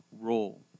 role